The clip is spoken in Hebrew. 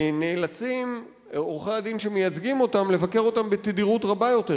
נאלצים עורכי-הדין שמייצגים אותם לבקר אותם בתדירות רבה יותר,